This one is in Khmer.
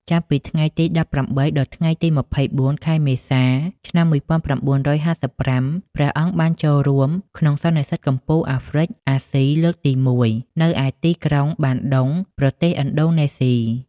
ចាប់ពីថ្ងៃទី១៨ ដល់ថ្ងៃទី២៤ ខែមេសា ឆ្នាំ១៩៥៥ ព្រះអង្គបានចូលរួមក្នុងសន្និសីទកំពូលអាហ្វ្រិក-អាស៊ីលើកទី១ នៅឯទីក្រុង បាន់ឌុង ប្រទេសឥណ្ឌូនេស៊ី។